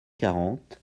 quarante